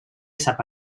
sap